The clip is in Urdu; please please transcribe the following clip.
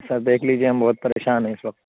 سر دیکھ لیجیے ہم بہت پریشان ہیں اس وقت